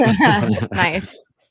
Nice